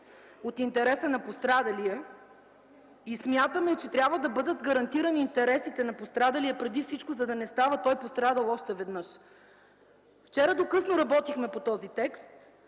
от интереса на пострадалия и смятаме, че трябва да бъдат гарантирани интересите на пострадалия преди всичко, за да не става той пострадал още веднъж. Вчера до късно работихме по този текст